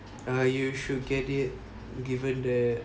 !alah! you should get it given that